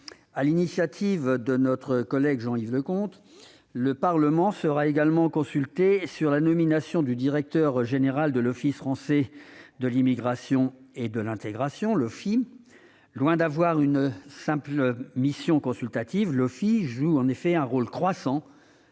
l'initiative de notre collègue Jean-Yves Leconte, le Parlement sera également consulté sur la nomination du directeur général de l'Office français de l'immigration et de l'intégration (OFII). Loin d'assurer une simple mission consultative, l'OFII joue un rôle croissant